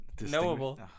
knowable